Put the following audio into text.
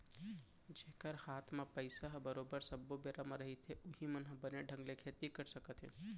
जेखर हात म पइसा ह बरोबर सब्बो बेरा म रहिथे उहीं मन ह बने ढंग ले खेती कर सकत हे